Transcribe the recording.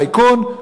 טייקון,